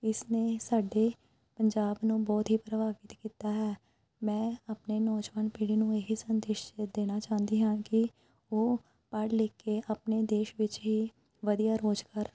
ਇਸਨੇ ਸਾਡੇ ਪੰਜਾਬ ਨੂੰ ਬਹੁਤ ਹੀ ਪ੍ਰਭਾਵਿਤ ਕੀਤਾ ਹੈ ਮੈਂ ਆਪਣੇ ਨੌਜਵਾਨ ਪੀੜੀ ਨੂੰ ਇਹੀ ਸੰਦੇਸ਼ ਦੇਣਾ ਚਾਹੁੰਦੀ ਹਾਂ ਕਿ ਉਹ ਪੜ੍ਹ ਲਿਖ ਕੇ ਆਪਣੇ ਦੇਸ਼ ਵਿੱਚ ਹੀ ਵਧੀਆ ਰੋਜ਼ਗਾਰ